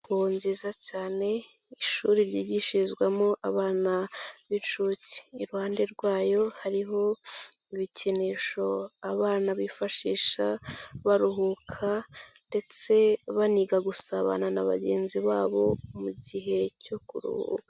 Inzu nziza cyane ishuri ryigishirizwamo abana b'inshuke, iruhande rwayo hariho ibikinisho abana bifashisha baruhuka ndetse baniga gusabana na bagenzi babo mu gihe cyo kuruhuka.